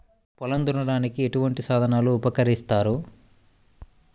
పొలం దున్నడానికి ఎటువంటి సాధనాలు ఉపకరిస్తాయి?